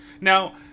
Now